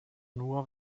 nur